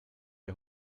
die